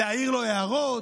להעיר לו הערות?